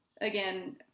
again